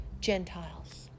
Gentiles